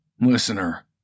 listener